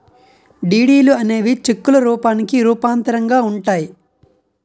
డీడీలు అనేవి చెక్కుల రూపానికి రూపాంతరంగా ఉంటాయి